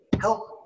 help